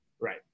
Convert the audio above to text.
Right